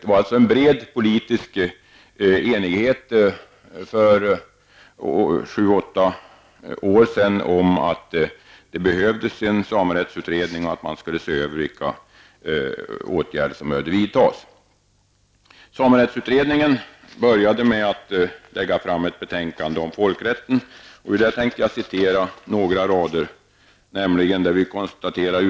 Det var alltså för sju åtta år sedan en bred politisk enighet om att en samerättsutredning var nödvändig och om att man skulle se över vilka åtgärder som behövde vidtas. Samerättsutredningen började med att lägga fram ett betänkande om folkrätten, SOU 1986:36, och ur detta tänkte jag citera några rader.